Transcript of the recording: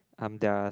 um they're